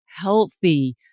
healthy